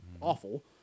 awful